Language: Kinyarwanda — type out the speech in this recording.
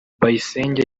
bayisenge